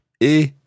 et